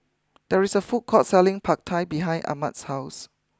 there is a food court selling Pad Thai behind Ahmed's house